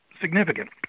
significant